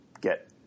get